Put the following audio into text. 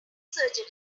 surgery